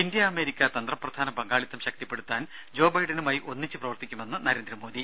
India America തന്ത്രപ്രധാന പങ്കാളിത്തം ശക്തിപ്പെടുത്താൻ ജോ ബൈഡനുമായി ഒന്നിച്ച് പ്രവവർത്തിക്കുമെന്ന് നരേന്ദ്രമോദി